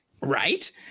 Right